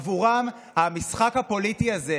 עבורם המשחק הפוליטי הזה,